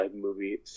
movie